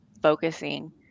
focusing